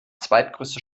zweitgrößte